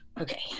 Okay